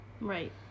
Right